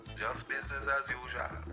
just business as usuai.